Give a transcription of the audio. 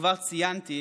כבר ציינתי,